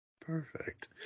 Perfect